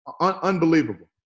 Unbelievable